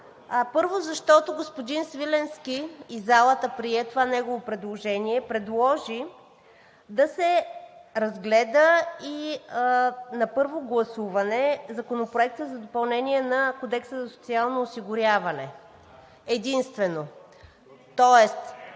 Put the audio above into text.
Първо, защото господин Свиленски и залата прие това негово предложение, предложи да се разгледа на първо гласуване Законопроектът за допълнение на Кодекса за социално осигуряване, единствено. Тоест